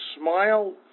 smile